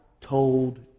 told